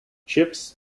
chips